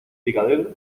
picadero